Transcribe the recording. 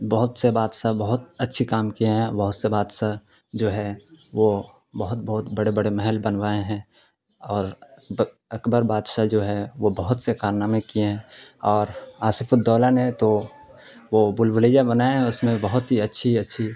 بہت سے بادشاہ بہت اچھے کام کیے ہیں بہت سے بادشاہ جو ہے وہ بہت بہت بڑے بڑے محل بنوائے ہیں اور اکبر بادشاہ جو ہے وہ بہت سے کارنامے کیے ہیں اور آصف الدولہ نے تو وہ بھول بھلیا بنایا ہے اس میں بہت ہی اچھی اچھی